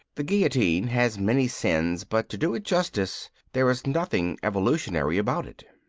the guillotine has many sins, but to do it justice there is nothing evolutionary about it.